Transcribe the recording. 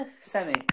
Semi